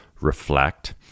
reflect